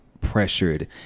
pressured